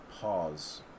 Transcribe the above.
pause